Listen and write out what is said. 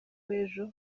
b’ejo